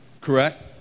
Correct